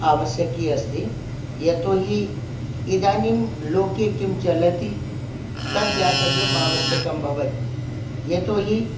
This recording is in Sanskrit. आवश्यकी अस्ति यतोहि इदानीं लोके किं चलति तद् ज्ञातव्यम् आवश्यकं भवति यतोहि